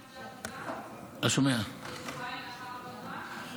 שבועיים, המועד תוך שבועיים?